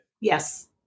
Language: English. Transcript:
Yes